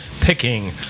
picking